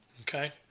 Okay